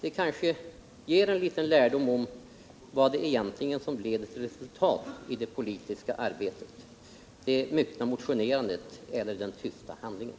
Detta kanske ger en liten lärdom om vad som egentligen leder till resultat i det politiska arbetet — det myckna motionerandet eller den tysta handlingen.